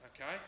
Okay